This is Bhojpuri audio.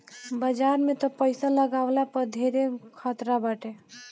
बाजार में तअ पईसा लगवला पअ धेरे खतरा बाटे